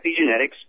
Epigenetics